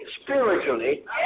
spiritually